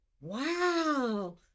Wow